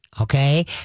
okay